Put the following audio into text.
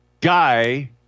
guy